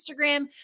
Instagram